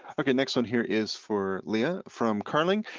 okay, next one here is for leah from carling.